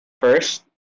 first